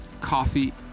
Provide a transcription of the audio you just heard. coffee